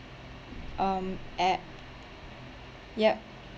um at yup